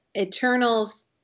Eternals